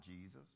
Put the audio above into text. Jesus